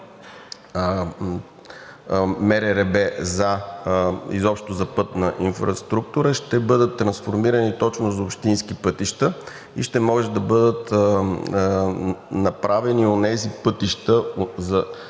МРРБ изобщо за пътна инфраструктура, ще бъдат трансформирани точно за общински пътища, ще може да бъдат ремонтирани онези пътища, за